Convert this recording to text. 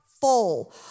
full